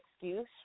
excuse